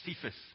Cephas